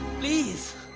please